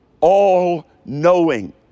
all-knowing